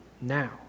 now